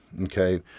Okay